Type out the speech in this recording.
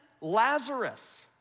Lazarus